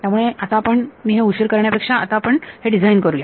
त्यामुळे आता आपण मी हे उशीर करण्यापेक्षा आपण आता हे डिझाईन करूया